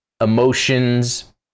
emotions